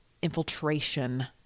infiltration